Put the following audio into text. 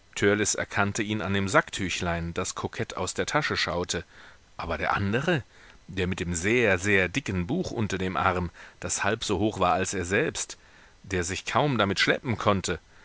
erkannte ihn an dem sacktüchlein das kokett aus der tasche schaute aber der andere der mit dem sehr sehr dicken buch unter dem arm das halb so hoch war als er selbst der sich kaum damit schleppen konnte